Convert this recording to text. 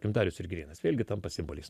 darius ir girėnas vėlgi tampa simboliais